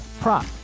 prop